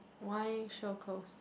why sure close